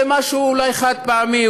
זה אולי משהו חד-פעמי,